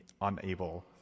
unable